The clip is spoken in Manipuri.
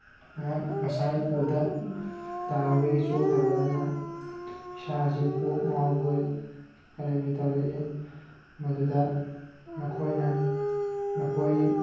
ꯉꯥꯏꯍꯥꯛ ꯉꯁꯥꯏ ꯎꯗ ꯇꯥꯔꯨꯕꯒꯤ ꯆꯣꯛꯊꯕ ꯑꯗꯨꯅ ꯏꯁꯥꯁꯤ ꯀꯣꯛ ꯉꯥꯎꯕꯣꯏ ꯀꯔꯤꯑꯣꯏ ꯇꯧꯔꯛꯏ ꯃꯗꯨꯗ ꯃꯈꯣꯏꯅ ꯃꯈꯣꯏ